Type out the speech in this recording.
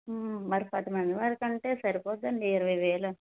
మరి పదిమంది వరకు అంటే సరిపోతుందండి ఇరవై వేలు